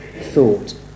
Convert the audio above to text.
thought